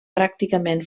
pràcticament